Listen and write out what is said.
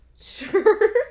Sure